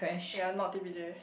ya not T_P_J